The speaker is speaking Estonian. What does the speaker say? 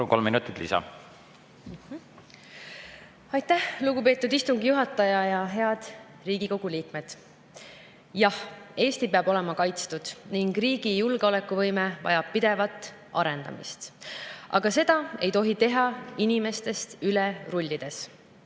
kolm minutit lisa! Aitäh, lugupeetud istungi juhataja! Head Riigikogu liikmed! Jah, Eesti peab olema kaitstud ning riigi julgeolekuvõime vajab pidevat arendamist. Aga seda ei tohi teha inimestest üle rullides.